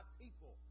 people